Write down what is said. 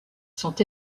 sont